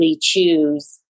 choose